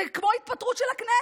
זה כמו התפטרות של הכנסת.